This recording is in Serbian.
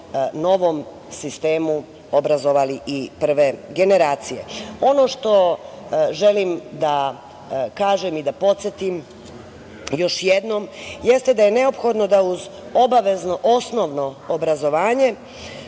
novom sistemu obrazovali i prve generacije. Ono što želim da kažem i da podsetim još jednom jeste da je neophodno da uz obavezno osnovno obrazovanje